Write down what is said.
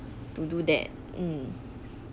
to do that mm